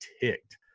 ticked